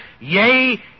yea